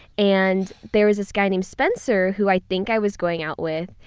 and there was this guy named spencer, who i think i was going out with.